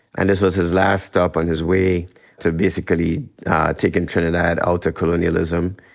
and this was his last stop on his way to basically taking trinidad out of colonialism,